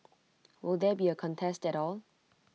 will there be A contest at all